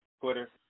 Twitter